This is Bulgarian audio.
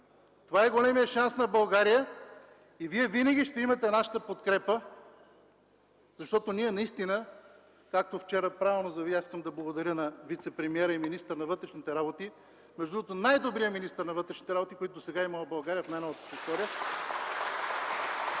Това е големият шанс на България и вие винаги ще имате нашата подкрепа, защото ние наистина, тук искам да благодаря на вицепремиера и министър на вътрешните работи, между другото – най добрият министър на вътрешните работи, който досега е имала България в най-новата си история